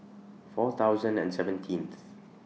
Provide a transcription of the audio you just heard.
four thousand and seventeenth